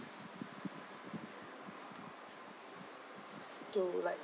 to like